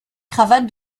cravate